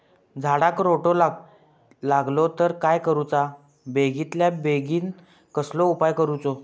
झाडाक रोटो लागलो तर काय करुचा बेगितल्या बेगीन कसलो उपाय करूचो?